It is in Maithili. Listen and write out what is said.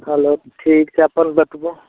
हेलो ठीक छै अपन बताबू